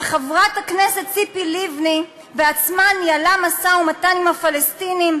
וחברת הכנסת ציפי לבני עצמה ניהלה משא-ומתן עם הפלסטינים,